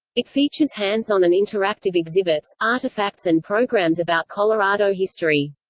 it features hands-on and interactive exhibits, artifacts and programs about colorado history.